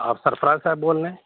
آپ سرفراز صاحب بول رہے ہیں